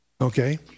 Okay